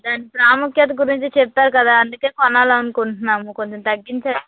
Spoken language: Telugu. దాని ప్రాముఖ్యత గురించి చెప్పారు కదా అందుకే కొనాలి అనుకుంటున్నాము కొంచెం తగ్గించరా